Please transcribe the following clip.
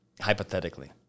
Hypothetically